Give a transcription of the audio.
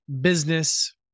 business